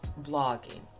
blogging